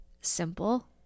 simple